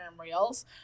reels